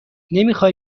نمیخوای